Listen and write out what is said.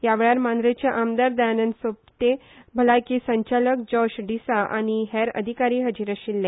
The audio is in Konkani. ह्यावेळार मांट्रेचे आमदार दयानंद सोपटे भलायकी संचालक जॉश डिसा आनी हेर अधिकारी हाजिर आशिल्ले